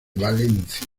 valencia